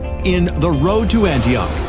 in the road to antioch,